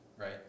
right